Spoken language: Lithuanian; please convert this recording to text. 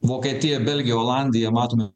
vokietija belgija olandija matom